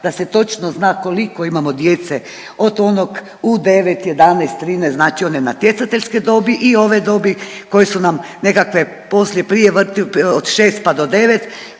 da se točno zna koliko imamo djece od onog u 9, 11, 13, znači one natjecateljske dobi i ove dobi koje su nam nekakve poslije, prije, od 6 pa do 9,